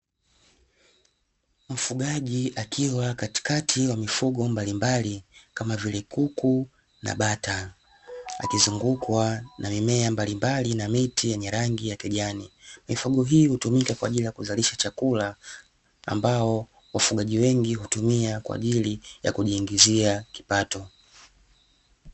Mfugaji akiwa katikati wa mifugo mbalimbali kama vile kuku na bata akizungukwa na mimea mbalimbali, na miti yenye rangi ya kijani mifugo hii hutumika kwa ajili ya kuzalisha chakula, ambao wafugaji wengi hutumia kwa ajili ya kujiingizia kipato.